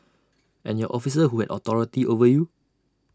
and your officer who had authority over you